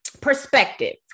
Perspective